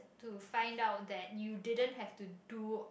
to find out that you didn't have to do